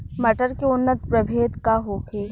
मटर के उन्नत प्रभेद का होखे?